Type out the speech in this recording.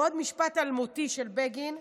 ועוד משפט אלמותי של בגין,